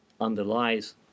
underlies